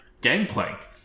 Gangplank